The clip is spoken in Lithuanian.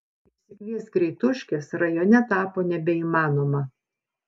išsikviest greituškės rajone tapo nebeįmanoma